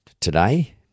today